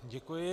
Děkuji.